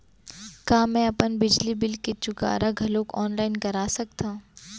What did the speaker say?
का मैं अपन बिजली बिल के चुकारा घलो ऑनलाइन करा सकथव?